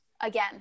again